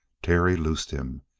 terry loosed him.